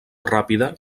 ràpida